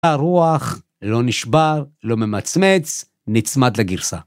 הרוח לא נשבר, לא ממצמץ, נצמד לגרסה.